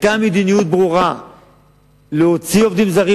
היתה מדיניות ברורה להוציא עובדים זרים.